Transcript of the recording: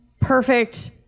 perfect